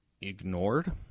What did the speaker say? ignored